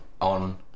On